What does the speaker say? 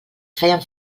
feien